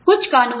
कुछ कानूनी